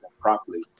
properly